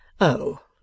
Oh